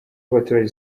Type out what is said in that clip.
abaturage